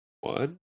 One